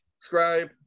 subscribe